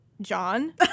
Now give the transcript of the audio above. John